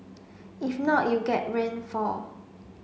if not you get rainfall